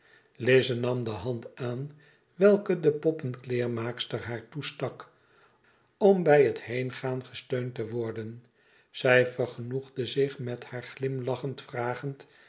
nam de hand aan welke de poppenkleermaakster haar toestak om bij het heengaan gesteund te worden zij vergenoegde zich met haar glimlachend vragend